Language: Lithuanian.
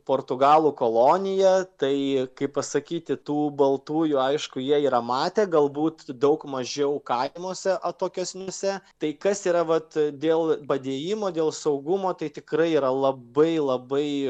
portugalų kolonija tai kaip pasakyti tų baltųjų aišku jie yra matę galbūt daug mažiau kaimuose atokesniuose tai kas yra vat dėl padėjimo dėl saugumo tai tikrai yra labai labai